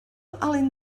alun